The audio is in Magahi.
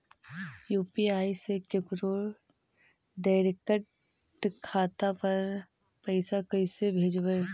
यु.पी.आई से केकरो डैरेकट खाता पर पैसा कैसे भेजबै?